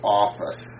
office